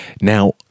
Now